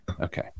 Okay